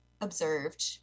observed